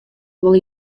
wol